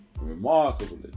Remarkably